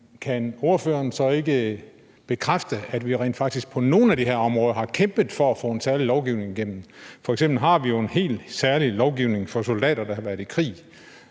kan ordføreren så ikke bekræfte, at vi rent faktisk på nogle af de her områder har kæmpet for at få en særlig lovgivning igennem? F.eks. har vi jo en helt særlig lovgivning for soldater, der har været i krig,